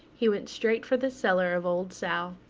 he went straight for the cellar of old sal.